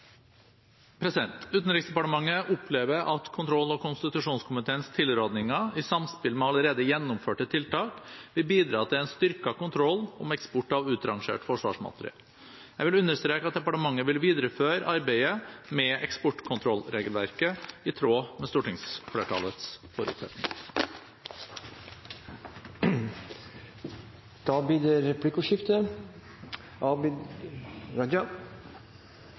Utenriksdepartementet opplever at kontroll- og konstitusjonskomiteens tilrådinger, i samspill med allerede gjennomførte tiltak, vil bidra til en styrket kontroll med eksport av utrangert forsvarsmateriell. Jeg vil understreke at departementet vil videreføre arbeidet med eksportkontrollregelverket i tråd med stortingsflertallets forutsetninger. Det blir replikkordskifte.